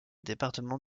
département